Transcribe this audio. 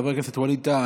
חבר הכנסת ווליד טאהא,